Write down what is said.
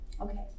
Okay